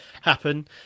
happen